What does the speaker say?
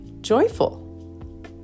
joyful